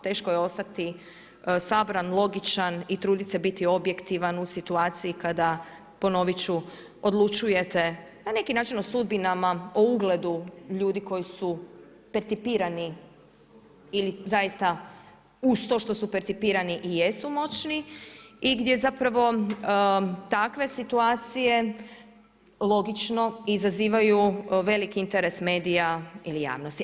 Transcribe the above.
Teško je ostati sabran, logičan i trudit se biti objektivan u situaciji kada ponovit ću odlučujete na neki način o sudbinama, o ugledu ljudi koji su percipirani ili zaista uz to što su percipirani i jesu moćni i gdje zapravo takve situacije logično izazivaju velik interes medija ili javnosti.